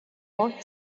what